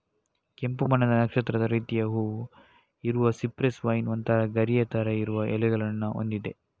ಕೆಂಪು ಬಣ್ಣದ ನಕ್ಷತ್ರದ ರೀತಿಯ ಹೂವು ಇರುವ ಸಿಪ್ರೆಸ್ ವೈನ್ ಒಂತರ ಗರಿಯ ತರ ಇರುವ ಎಲೆಗಳನ್ನ ಹೊಂದಿದೆ